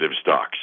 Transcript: stocks